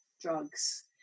drugs